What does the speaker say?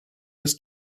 bis